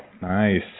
Nice